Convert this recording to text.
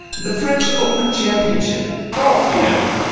the french open championship. golf, you know.